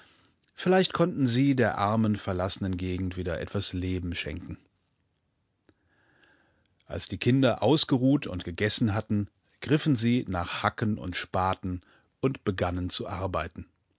vielleicht konnten sie der armen verlassenengegendwiederetwaslebenschenken als die kinder ausgeruht und gegessen hatten griffen sie nach hacken und spaten und begannen zu arbeiten